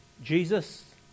Jesus